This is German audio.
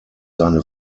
seine